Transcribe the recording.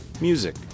music